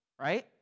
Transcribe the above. right